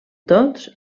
tots